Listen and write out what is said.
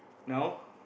now